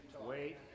wait